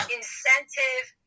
incentive